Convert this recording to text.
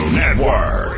network